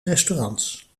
restaurants